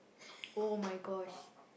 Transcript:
!oh-my-gosh!